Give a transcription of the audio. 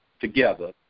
together